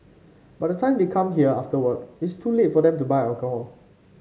by the time they come here after work it's too late for them to buy alcohol